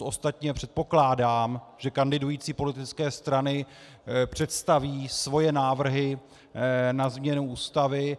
Ostatně předpokládám, že kandidující politické strany představí svoje návrhy na změnu Ústavy.